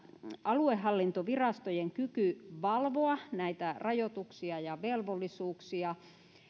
aluehallintovirastojen kyky valvoa näitä rajoituksia ja velvollisuuksia